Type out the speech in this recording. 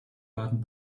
baden